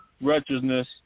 wretchedness